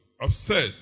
upset